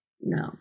No